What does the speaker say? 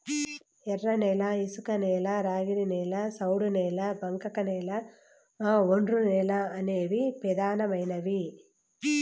ఎర్రనేల, ఇసుకనేల, ర్యాగిడి నేల, సౌడు నేల, బంకకనేల, ఒండ్రునేల అనేవి పెదానమైనవి